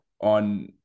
on